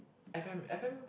f_m f_m